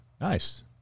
Nice